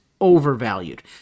overvalued